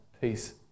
peace